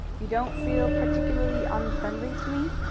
you don't feel particularly unfriendly to me?